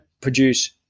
produce